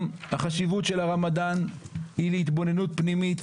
החשיבות של הרמדאן היא להתבוננות פנימית,